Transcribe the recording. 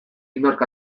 inork